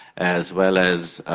as well as